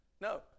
no